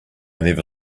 never